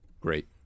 Great